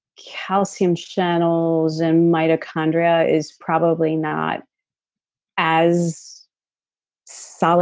calcium channels and mitochondria is probably not as solid